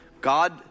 God